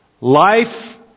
life